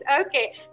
Okay